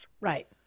Right